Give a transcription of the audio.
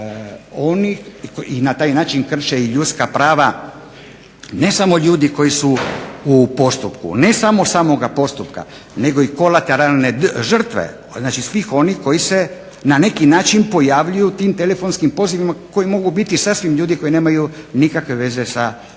to, i na taj način krše i ljudska prava ne samo ljudi koji su u postupku, ne samo samoga postupka, nego i kolateralne žrtve, znači svih onih koji se na neki način pojavljuju u tim telefonskim pozivima koji mogu biti sasvim ljudi koji nemaju nikakve veze sa postupkom.